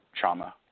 trauma